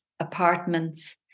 apartments